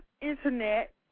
internet